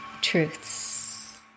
truths